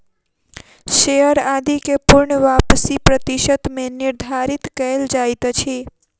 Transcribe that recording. share आदि के पूर्ण वापसी प्रतिशत मे निर्धारित कयल जाइत अछि